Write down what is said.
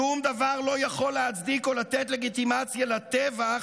שום דבר לא יכול להצדיק או לתת לגיטימציה לטבח,